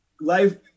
Life